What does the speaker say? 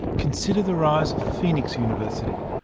consider the rise of phoenix university,